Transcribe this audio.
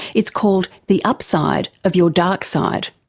it's called the upside of your dark side.